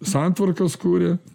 santvarkas kuria